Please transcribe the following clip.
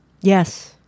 Yes